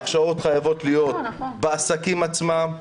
ההכשרות חייבות להיות בעסקים עצמם.